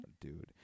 Dude